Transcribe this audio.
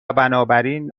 بنابراین